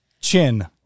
chin